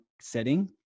setting